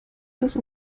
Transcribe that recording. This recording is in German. das